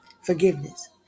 Forgiveness